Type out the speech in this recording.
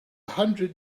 hundred